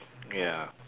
ya